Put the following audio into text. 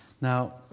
Now